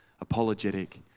apologetic